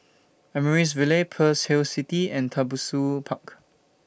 Amaryllis Ville Pearl's Hill City and Tembusu Park